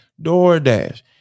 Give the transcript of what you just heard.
doordash